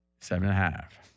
Seven-and-a-half